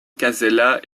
casella